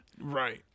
Right